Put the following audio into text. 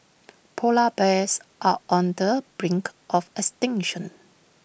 Polar Bears are on the brink of extinction